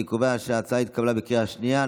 אני קובע שההצעה התקבלה בקריאה השנייה.